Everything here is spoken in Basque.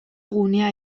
gunea